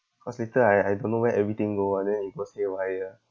cause later I I don't know where everything go ah then it goes haywire